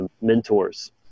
mentors